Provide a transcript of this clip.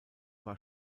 war